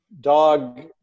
dog